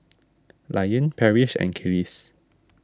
Liane Parrish and Kelis